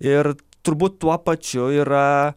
ir turbūt tuo pačiu yra